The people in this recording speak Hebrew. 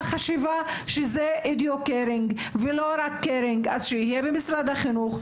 אז שיהיה במשרד החינוך,